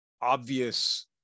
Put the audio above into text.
obvious